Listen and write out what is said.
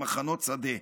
מחנות שדה,